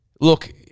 look